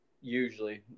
usually